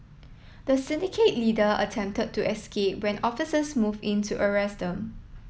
the syndicate leader attempted to escape when officers moved in to arrest them